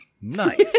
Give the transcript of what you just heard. Nice